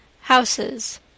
HOUSES